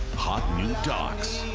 hot new docs.